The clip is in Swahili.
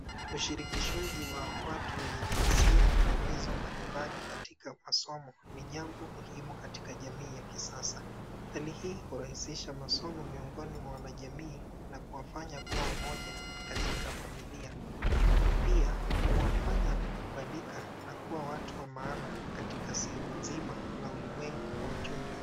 Ushirikishwaji wa watu wenye jinsia na uwezo mbalimbali katika masomo, ni jambo muhimu katika jamii ya kisasa. Hali hii hurahisisha masomo miongoni mwa wanajamii na kuwafanya kuwa wamoja katika familia. Pia, uwafanya kukubalika na kuwa watu wa maana katika sehemu nzima na ulimwengu kwa ujumla.